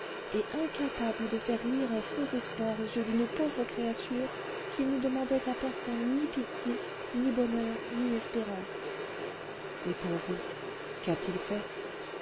et incapable de faire luire un faux espoir aux yeux d'une pauvre créature qui ne demandait à personne ni pitié ni bonheur ni espérance et pour vous qu'a-t-il fait